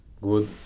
good